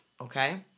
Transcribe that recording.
okay